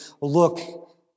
look